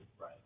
right